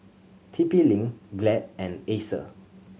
T P Link Glad and Acer